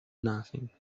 nothing